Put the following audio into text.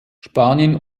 spanien